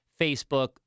Facebook